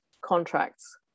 contracts